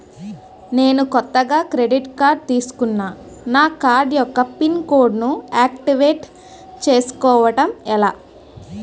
నేను కొత్తగా credit card తిస్కున్నా నా కార్డ్ యెక్క పిన్ కోడ్ ను ఆక్టివేట్ చేసుకోవటం ఎలా?